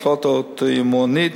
מחלות אוטואימוניות,